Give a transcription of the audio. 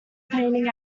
painting